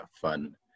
fun